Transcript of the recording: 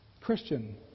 Christian